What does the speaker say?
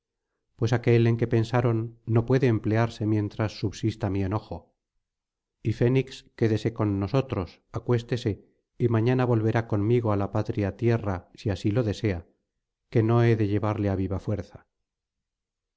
pues aquel en que pensaron no puede emplearse mientras subsista mi enojo y fénix quédese con nosotros acuéstese y mañana volverá conmigo á la patria tierra si así lo desea que no he de llevarle á viva fuerza